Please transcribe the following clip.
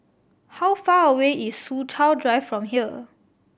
how far away is Soo Chow Drive from here